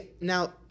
now